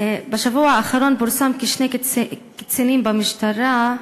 בשבוע האחרון פורסם כי שני קצינים במשטרה,